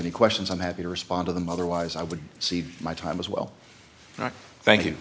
any questions i'm happy to respond to them otherwise i would save my time as well thank you